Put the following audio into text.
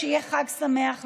שיהיה חג שמח לכולם.